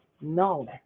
No